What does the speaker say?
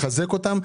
לחזק אותם.